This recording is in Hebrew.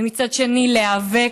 ומצד שני להיאבק,